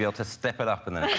to step it up in there